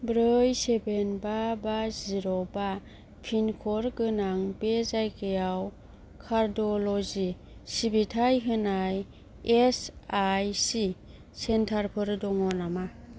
ब्रै सेभेन बा बा जिर' बा पिनक'ड गोनां बे जायगायाव कार्डिअ'ल'जि सिबिथाय होनाय एसआइसि सेन्टारफोर दं नामा